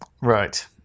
Right